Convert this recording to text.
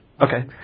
Okay